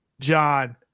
john